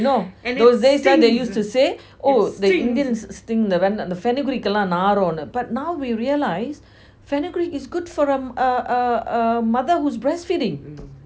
you know those days ah they used to say oh the indians stink அந்த:antha fenugreek நாறும்னு:naarumnu but now we realise fenugreek is good for uh uh a mother who is breastfeeding